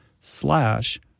slash